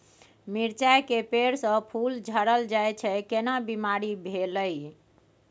मिर्चाय के पेड़ स फूल झरल जाय छै केना बीमारी भेलई?